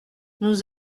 nous